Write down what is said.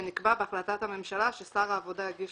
ונקבע בהחלטת הממשלה ששר העבודה יגיש